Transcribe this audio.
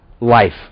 life